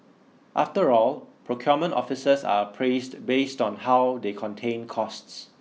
after all procurement officers are appraised based on how they contain costs